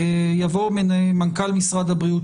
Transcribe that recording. יבוא מנכ"ל משרד הבריאות,